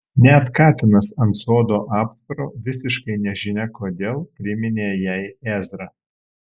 net katinas ant sodo aptvaro visiškai nežinia kodėl priminė jai ezrą